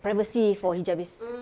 privacy for hijabis